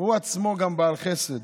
והוא עצמו גם בעל חסד.